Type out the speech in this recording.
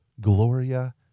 Gloria